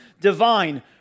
divine